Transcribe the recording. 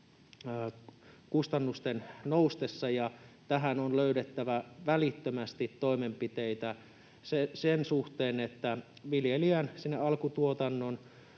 kustannusten noustessa, ja on löydettävä välittömästi toimenpiteitä sen suhteen, että viljelijän alkutuotannon